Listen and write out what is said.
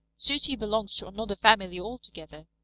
sooty belongs to another family altogether.